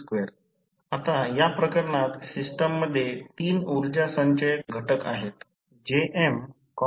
उच्च व्होल्ट कारण short circuit चाचणीसाठी खूप कमी व्होल्टेज आवश्यक आहे